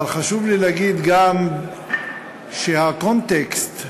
אבל חשוב לי גם להגיד שהקונטקסט,